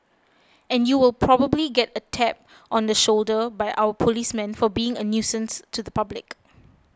and you will probably get a tap on the shoulder by our policemen for being a nuisance to the public